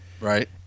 Right